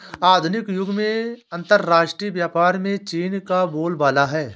आधुनिक युग में अंतरराष्ट्रीय व्यापार में चीन का बोलबाला है